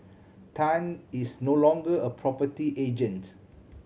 tan is no longer a property agent